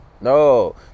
no